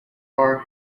are